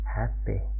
happy